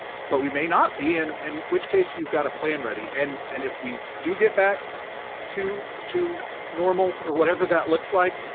but we may not be, in and which case you've got a plan ready. and and if we do get back to to normal or whatever that looks like,